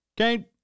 okay